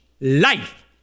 life